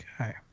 Okay